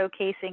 showcasing